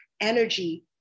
energy